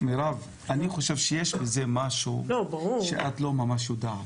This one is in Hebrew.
אני חושב שיש בזה משהו שאת לא ממש יודעת.